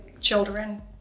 children